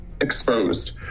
exposed